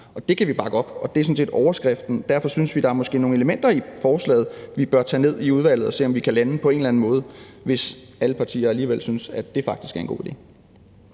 Det kan vi bakke op, og det er sådan set overskriften. Og derfor synes vi, at der måske er nogle elementer i forslaget, som vi bør tage ned i udvalget og se om vi kan lande på en eller anden måde, hvis alle partier alligevel synes, at det faktisk er en god idé.